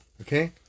Okay